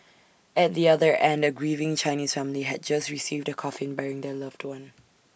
at the other end A grieving Chinese family had just received A coffin bearing their loved one